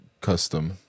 custom